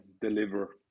deliver